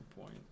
point